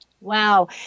Wow